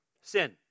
Sin